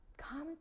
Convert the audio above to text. come